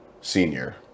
senior